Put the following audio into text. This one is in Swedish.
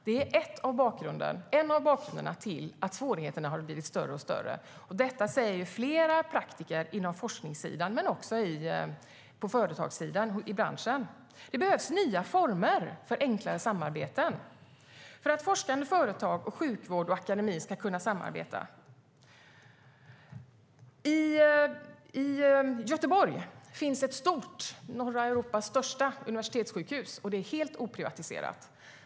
Det är ett av skälen till att svårigheterna blivit större och större. Det säger flera praktiker på forskningssidan men också på företagssidan, inom branschen. Det behövs nya enklare former för samarbete, för att forskande företag, sjukvård och akademi ska kunna samarbeta. I Göteborg finns norra Europas största universitetssjukhus, och det är helt oprivatiserat.